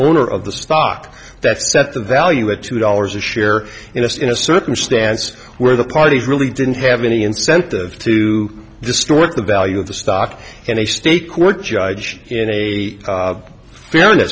owner of the stock that set the value of two dollars a share in this in a circumstance where the parties really didn't have any incentive to distort the value of the stock in a state court judge in a fair